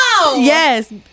Yes